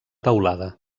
teulada